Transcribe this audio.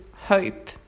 hope